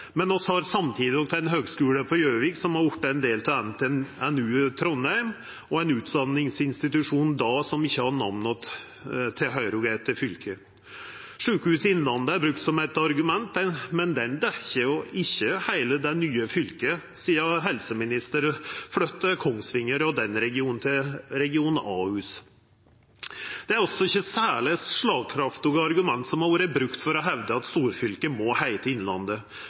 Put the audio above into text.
men vi har samtidig ein høgskule på Gjøvik som har vorte ein del av NTNU i Trondheim, og er då ein utdanningsinstitusjon som ikkje har namnetilhøyrsel til fylket. Sykehuset Innlandet er brukt som eit argument, men det dekkjer ikkje heile det nye fylket, sidan helseministeren flytta sjukehuset i Kongsvinger-regionen inn under Ahus. Det er altså ikkje særleg slagkraftige argument som har vorte brukt for å hevda at storfylket må heita Innlandet